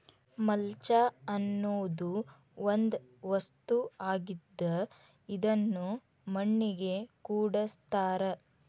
mulch ಅನ್ನುದು ಒಂದ ವಸ್ತು ಆಗಿದ್ದ ಇದನ್ನು ಮಣ್ಣಿಗೆ ಕೂಡಸ್ತಾರ